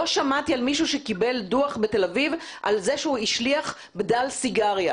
לא שמעתי על מישהו שקיבל דוח בתל אביב על זה שהוא השליך בדל סיגריה.